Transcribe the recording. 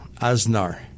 Aznar